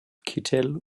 kittel